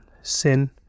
sin